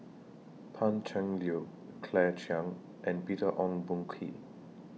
Pan Cheng Lui Claire Chiang and Peter Ong Boon Kwee